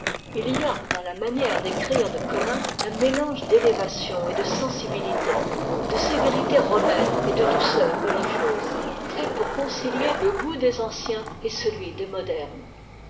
il y a dans la manière d'écrire de collin un mélange d'élévation et de sensibilité de sévérité romaine et de douceur religieuse fait pour concilier le goût des anciens et celui des modernes